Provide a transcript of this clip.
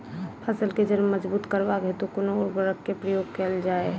फसल केँ जड़ मजबूत करबाक हेतु कुन उर्वरक केँ प्रयोग कैल जाय?